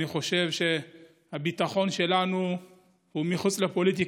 אני חושב שהביטחון שלנו הוא מחוץ לפוליטיקה,